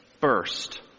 first